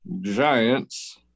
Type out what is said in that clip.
Giants